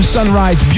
Sunrise